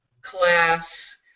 class